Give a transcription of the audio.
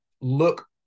look